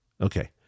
Okay